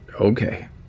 okay